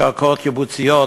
קרקעות קיבוצים,